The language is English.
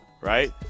right